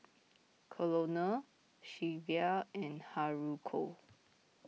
Colonel Shelvia and Haruko